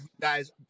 guys